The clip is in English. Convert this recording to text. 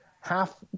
half